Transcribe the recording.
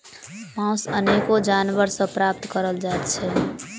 मौस अनेको जानवर सॅ प्राप्त करल जाइत छै